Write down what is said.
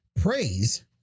Praise